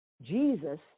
Jesus